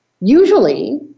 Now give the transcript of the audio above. usually